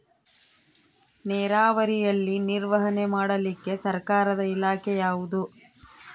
ನೇರಾವರಿಯಲ್ಲಿ ನಿರ್ವಹಣೆ ಮಾಡಲಿಕ್ಕೆ ಸರ್ಕಾರದ ಇಲಾಖೆ ಯಾವುದು?